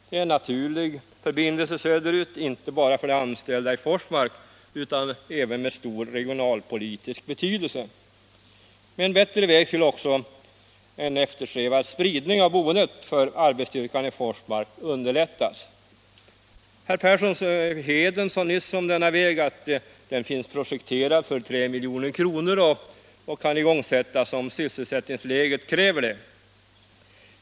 Det är en naturlig förbindelse söderut, inte bara för de anställda i Forsmark, utan den har även stor regionalpolitisk betydelse. Med &n bättre väg skulle också en eftersträvad spridning av boendet underlättas för arbetsstyrkan i Forsmark. Herr Persson i Heden sade nyss om denna väg att den finns projekterad för 3 milj.kr. och kan igångsättas, om sysselsättningsläget kräver det.